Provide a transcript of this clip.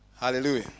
Hallelujah